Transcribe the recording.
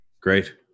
Great